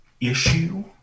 issue